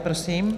Prosím.